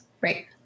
Right